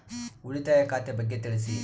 ಉಳಿತಾಯ ಖಾತೆ ಬಗ್ಗೆ ತಿಳಿಸಿ?